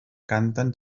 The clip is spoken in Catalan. canten